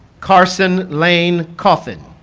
carson lane cawthon